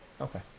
okay